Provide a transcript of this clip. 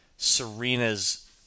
Serena's